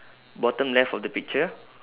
bottom left of the picture